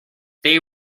they